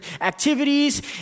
activities